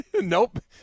Nope